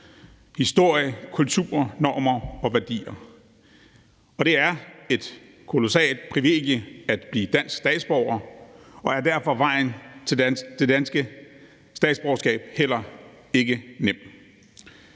historie, kultur, normer og værdier. Det er et kolossalt privilegie at blive dansk statsborger, og derfor er vejen til det danske statsborgerskab heller ikke nem.